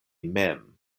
mem